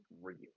Real